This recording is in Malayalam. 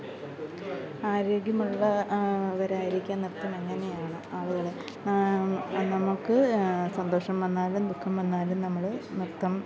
ആരോഗ്യമുള്ള വരായിരിക്കുക നൃത്തം എങ്ങനെയാണ് ആളുകളെ നമുക്ക് സന്തോഷം വന്നാലും ദുഖം വന്നാലും നമ്മൾ നൃത്തം